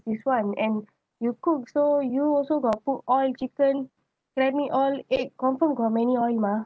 before and end you cook so you also got put oil chicken many oil it confirm got many oil mah